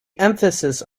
emphasis